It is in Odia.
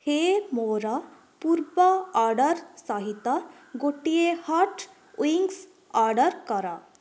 ହେ ମୋର ପୂର୍ବ ଅର୍ଡ଼ର୍ ସହିତ ଗୋଟିଏ ହଟ୍ ୱିଙ୍ଗ୍ସ୍ ଅର୍ଡ଼ର୍ କର